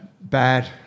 Bad